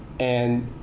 and